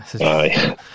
Aye